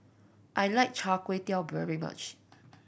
I like Char Kway Teow very much